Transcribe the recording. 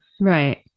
right